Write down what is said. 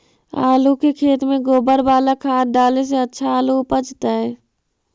आलु के खेत में गोबर बाला खाद डाले से अच्छा आलु उपजतै?